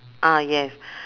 ah yes